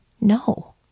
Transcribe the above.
No